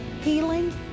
Healing